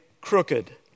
crooked